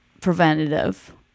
preventative